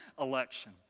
election